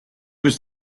was